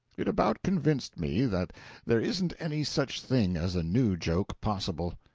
it about convinced me that there isn't any such thing as a new joke possible.